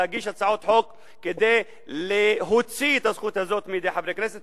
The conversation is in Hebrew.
להגיש הצעות חוק כדי להוציא את הזכות הזאת מידי חברי הכנסת.